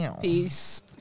Peace